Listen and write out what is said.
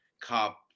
cop